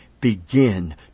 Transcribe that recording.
begin